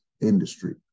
industry